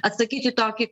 atsakyt į tokį